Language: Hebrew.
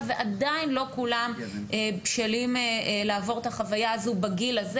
ועדיין לא כולם בשלים לעבור את החוויה הזאת בגיל הזה.